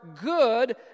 good